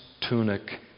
tunic